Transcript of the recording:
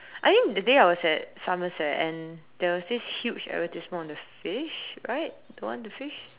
I think that day I was at Somerset and there was this huge advertisement on the fish right the one on the fish